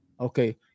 Okay